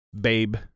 Babe